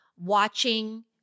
watching